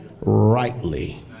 rightly